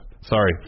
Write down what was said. sorry